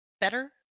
better